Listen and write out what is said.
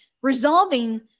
Resolving